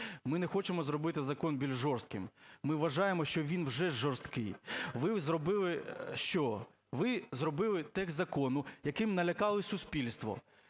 Ми не хочемо зробити закон більш жорстким, ми вважаємо, що він вже жорсткий. Ви зробили що? Ви зробили текст закону, яким налякали суспільство